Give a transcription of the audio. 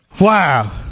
wow